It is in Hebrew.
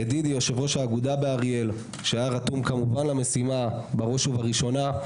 לדידי יושב-ראש האגודה באריאל שהיה רתום כמובן למשימה בראש ובראשונה,